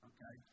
Okay